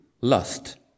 lust